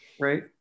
Right